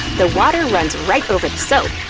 the water runs right over the soap.